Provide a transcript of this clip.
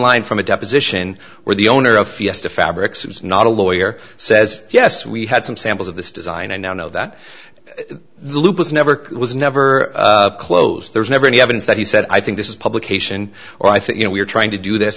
line from a deposition where the owner of fiesta fabrics is not a lawyer says yes we had some samples of this design i now know that the loop was never was never closed there's never any evidence that he said i think this is publication or i think you know we're trying to do this